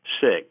Six